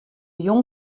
jûn